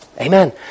Amen